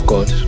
God